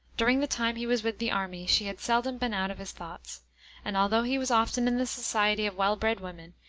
during the time he was with the army, she had seldom been out of his thoughts and although he was often in the society of well bred women,